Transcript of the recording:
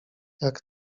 jak